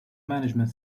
management